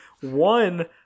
one